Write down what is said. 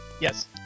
Yes